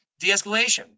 de-escalation